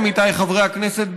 עמיתיי חברי הכנסת,